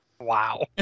Wow